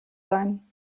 sein